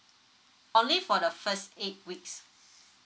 only for the first eight weeks